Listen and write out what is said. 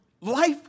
life